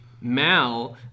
Mal